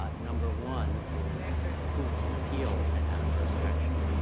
ah number one is who can appeal an adverse action,